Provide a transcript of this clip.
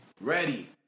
ready